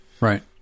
right